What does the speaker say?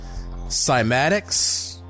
cymatics